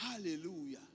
hallelujah